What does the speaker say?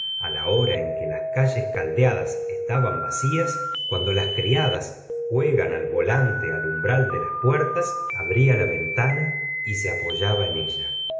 verano la hora en que las calles caldeadas están vacías cuando las criadas juegan al volante al umbral de las puertas abría la ventana y se apoyaba en ella